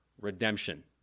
redemption